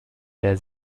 der